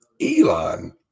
Elon